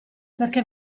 perché